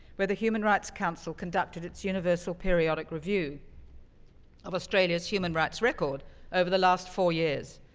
where the human rights council conducted its universal periodic review of australia's human rights record over the last four years.